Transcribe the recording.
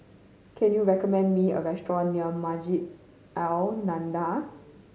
can you recommend me a restaurant near Masjid An Nahdhah